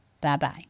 Bye-bye